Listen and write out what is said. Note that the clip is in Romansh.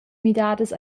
midadas